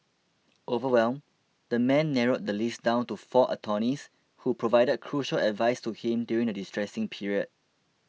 overwhelmed the man narrowed the list down to four attorneys who provided crucial advice to him during the distressing period